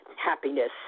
happiness